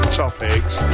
topics